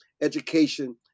education